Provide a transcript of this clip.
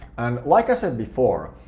and like i said before,